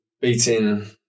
beating